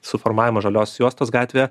suformavimas žaliosios juostos gatvėje